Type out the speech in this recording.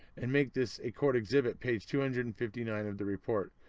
and make this a court exhibit page two hundred and fifty nine of the report.